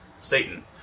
Satan